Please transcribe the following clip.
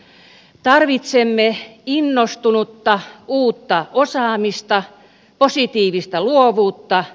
tarvitsemme innostunutta uutta osaamista positiivista luovuutta